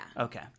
Okay